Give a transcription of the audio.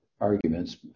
arguments